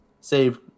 save